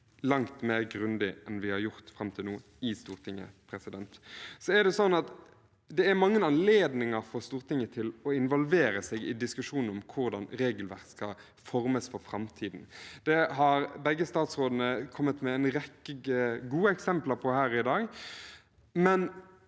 langt mer grundig enn vi har gjort fram til nå i Stortinget. Det er mange anledninger for Stortinget til å involvere seg i diskusjoner om hvordan regelverk skal formes for framtiden. Det har begge statsrådene kommet med en rekke gode eksempler på her i dag.